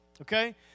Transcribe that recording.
okay